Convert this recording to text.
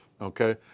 okay